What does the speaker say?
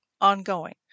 ongoing